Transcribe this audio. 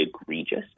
egregious